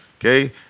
Okay